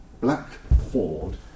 Blackford